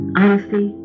honesty